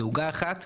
זו עוגה אחת,